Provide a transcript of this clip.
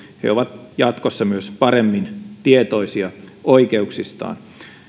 he ovat jatkossa myös paremmin tietoisia oikeuksistaan